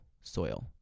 soil